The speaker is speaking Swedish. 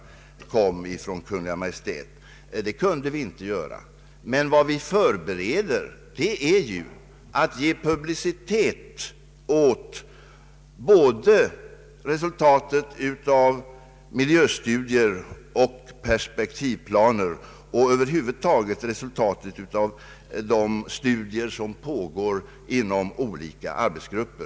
Det kunde vi inte göra, men vi förbereder att ge publicitet åt både resultatet av Miljöstudier och Perspektivplaner och resultatet av de studier som pågår inom olika arbetsgrupper.